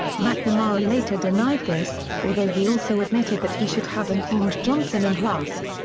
mcnamara later denied this, although he also admitted that he should have informed johnson and rusk.